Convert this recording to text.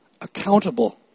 accountable